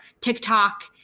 TikTok